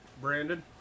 Brandon